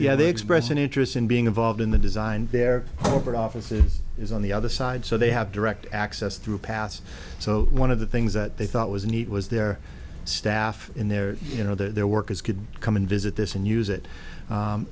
yeah they express an interest in being involved in the design there over office it is on the other side so they have direct access through past so one of the things that they thought was neat was their staff in there you know their workers could come and visit this and use it